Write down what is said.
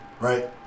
Right